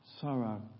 Sorrow